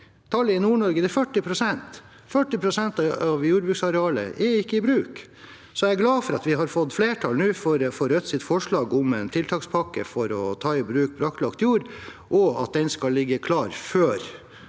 Tallet i NordNorge er 40 pst. – 40 pst. av jordbruksarealet er ikke i bruk. Så jeg er glad for at vi nå har fått flertall for Rødts forslag om en tiltakspakke for å ta i bruk brakklagt jord, og at den skal ligge klar før